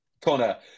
Connor